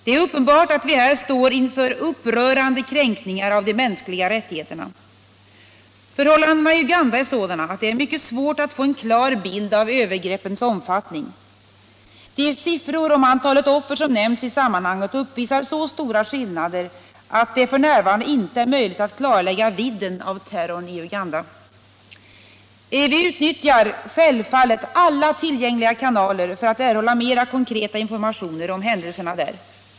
Det är uppenbart att vi här står inför upprörande kränkningar av de mänskliga rättigheterna. Förhållandena i Uganda är sådana att det är mycket svårt att få en klar bild av övergreppens omfattning. De siffror om antalet offer som nämnts i sammanhanget uppvisar så stora skillnader att det f. n. inte är möjligt att klarlägga vidden av terrorn i Uganda. Vi utnyttjar självfallet alla tillgängliga kanaler för att erhålla mera konkreta informationer om händelserna där.